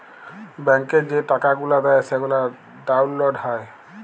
ব্যাংকে যে টাকা গুলা দেয় সেগলা ডাউল্লড হ্যয়